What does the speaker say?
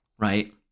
Right